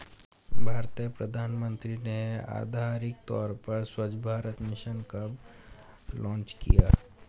भारतीय प्रधानमंत्री ने आधिकारिक तौर पर स्वच्छ भारत मिशन कब लॉन्च किया?